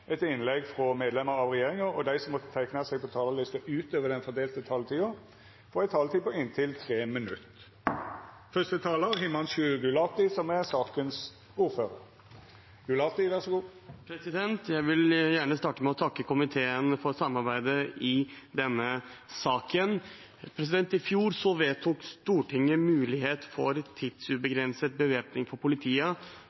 etter innlegg frå medlemer av regjeringa, og dei som måtte teikna seg på talarlista utover den fordelte taletida, får ei taletid på inntil 3 minutt. Jeg vil gjerne starte med å takke komiteen for samarbeidet i denne saken. I fjor vedtok Stortinget mulighet for